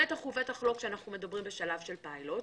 מדובר פה בהפעלת סמכויות מינהליות.